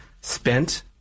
spent